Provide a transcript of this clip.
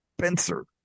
spencer